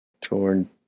torn